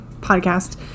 podcast